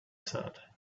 said